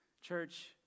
Church